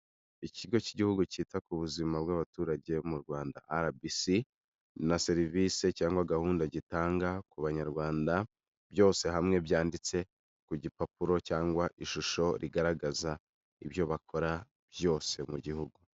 Ikigo cy'igihugu cyita ku buzima bw'abaturage mu Rwanda RBC na serivisi cyangwa gahunda gitanga ku banyarwanda, byose hamwe byanditse ku gipapuro cyangwa ishusho rigaragaza ibyo bakora byose mu gihugu.